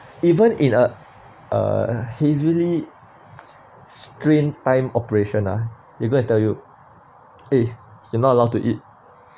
even in a uh heavily strained time operation ah they're gonna tell you eh you're not allowed to eat